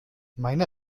meine